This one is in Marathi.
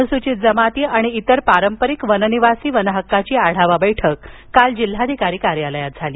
अनुसूचित जमाती आणि इतर पारंपरिक वन निवासी वनहक्काची आढावा बैठक काल जिल्हाधिकारी कार्यालयात झाली